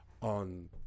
on